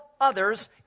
others